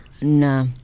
No